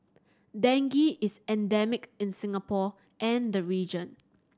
dengue is endemic in Singapore and the region